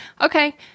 okay